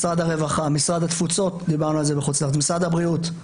משרד הרווחה, משרד התפוצות, משרד הבריאות,